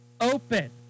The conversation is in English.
open